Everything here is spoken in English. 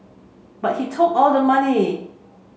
but he took all the money